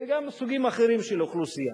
גם סוגים אחרים של אוכלוסייה.